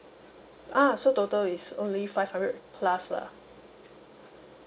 ah so total is only five hundred plus lah